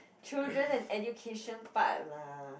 children and education part lah